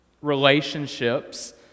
relationships